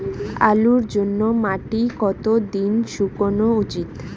আলুর জন্যে মাটি কতো দিন শুকনো উচিৎ?